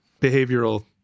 Behavioral